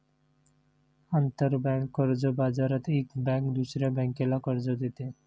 आंतरबँक कर्ज बाजारात एक बँक दुसऱ्या बँकेला कर्ज देते